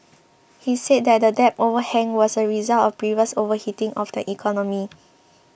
he said that the debt overhang was a result of previous overheating of the economy